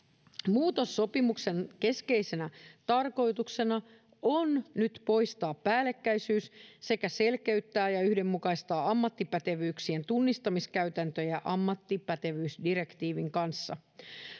muutossopimuksen keskeisenä tarkoituksena on nyt poistaa päällekkäisyys sekä selkeyttää ja yhdenmukaistaa ammattipätevyyksien tunnustamiskäytäntöjä ammattipätevyysdirektiivin kanssa